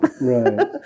Right